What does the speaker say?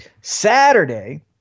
Saturday